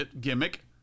gimmick